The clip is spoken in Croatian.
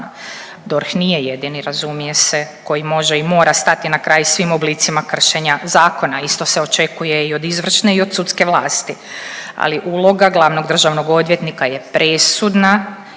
DORH nije jedini razumije se koji može i mora stati na kraj svim oblicima kršenja zakona, isto se očekuje i od izvršne i od sudske vlasti, ali uloga glavnog državnog odvjetnika je presudna